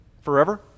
forever